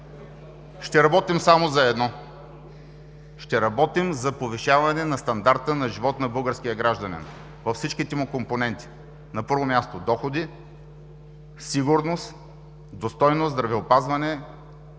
ще работим само за едно, ще работим за повишаване на стандарта на живот на българските граждани във всичките му компоненти: на първо място, доходи, сигурност, достойно здравеопазване,